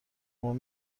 عنوان